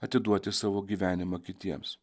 atiduoti savo gyvenimą kitiems